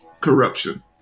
corruption